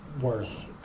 worth